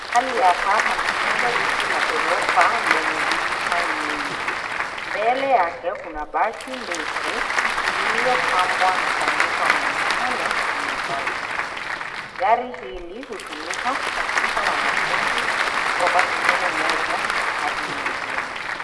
Mahali hapa pana jengo la ghorofa lenye dirisha nyingi. Mbele yake kuna basi ndefu iliyopambwa na kuandikwa, Mount Kenya University. Gari hili hutumika kusafirisha wanafunzi kutoka sehemu moja hadi nyingine.